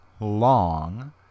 long